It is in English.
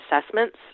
assessments